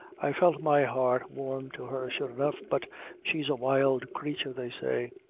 i felt my heart warm to her sure enough but she's a wild crature, they say.